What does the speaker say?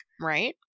right